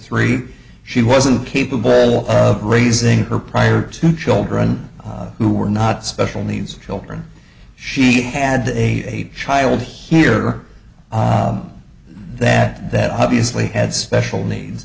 three she wasn't capable of raising her prior to children who were not special needs children she had a child here that that obviously had special needs